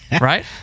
right